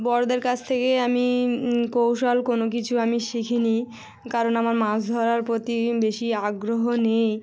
বড়োদের কাছ থেকে আমি কৌশল কোনো কিছু আমি শিখি নি কারণ আমার মাছ ধরার প্রতি বেশি আগ্রহ নেই